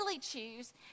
choose